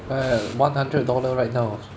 uh one hundred dollar right now